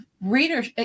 readers